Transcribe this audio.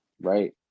right